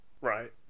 right